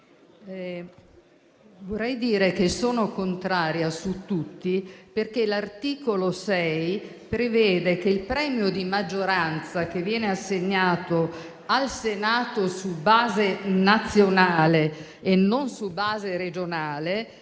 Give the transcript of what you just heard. vorrei dire che sono contraria su tutti gli emendamenti, perché l'articolo 6 prevede che il premio di maggioranza, che viene assegnato al Senato su base nazionale e non regionale,